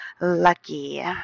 lucky